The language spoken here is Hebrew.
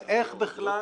אז איך בכלל